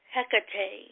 Hecate